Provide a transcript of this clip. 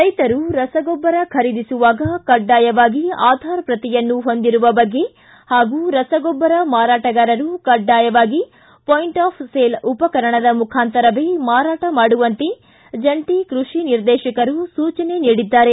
ರೈತರು ರಸಗೊಬ್ಬರ ಖರೀದಿಸುವಾಗ ಕಡ್ಡಾಯವಾಗಿ ಆಧಾರ್ ಪ್ರತಿಯನ್ನು ಹೊಂದಿರುವ ಬಗ್ಗೆ ಹಾಗೂ ರಸಗೊಬ್ಬರ ಮಾರಾಟಗಾರರು ಕಡ್ಡಾಯವಾಗಿ ಪಾಯಿಂಟ್ ಆಫ್ ಸೇಲ್ ಉಪಕರಣದ ಮುಖಾಂತರವೇ ಮಾರಾಟ ಮಾಡುವಂತೆ ಜಂಟಿ ಕೃಷಿ ನಿರ್ದೇಶಕರು ಸೂಚನೆ ನೀಡಿದ್ದಾರೆ